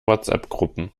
whatsappgruppen